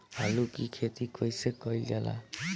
आलू की खेती कइसे कइल जाला?